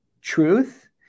truth